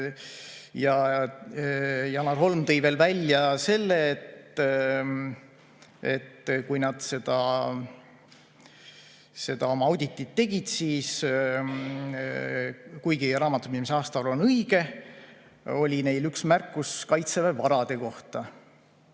Janar Holm tõi veel välja selle, et kui nad oma auditit tegid, siis kuigi raamatupidamise aastaaruanne on õige, oli neil üks märkus Kaitseväe varade kohta.